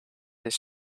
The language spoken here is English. his